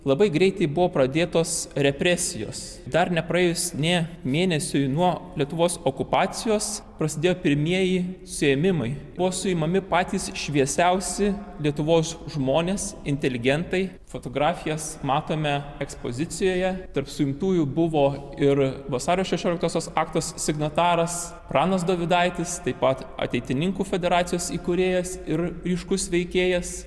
labai greitai buvo pradėtos represijos dar nepraėjus nė mėnesiui nuo lietuvos okupacijos prasidėjo pirmieji suėmimai buvo suimami patys šviesiausi lietuvos žmonės inteligentai fotografijas matome ekspozicijoje tarp suimtųjų buvo ir vasario šešioliktosios akto signataras pranas dovydaitis taip pat ateitininkų federacijos įkūrėjas ir ryškus veikėjas